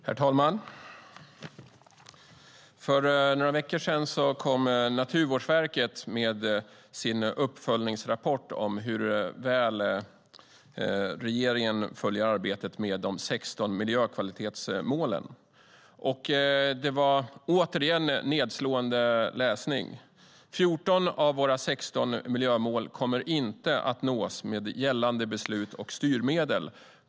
Herr talman! För några veckor sedan kom Naturvårdsverket med sin uppföljningsrapport om hur väl regeringen följer arbetet med de 16 miljökvalitetsmålen. Det var återigen en nedslående läsning. Naturvårdverket konstaterade att 14 av våra 16 miljömål inte kommer att nås med gällande beslut och styrmedel.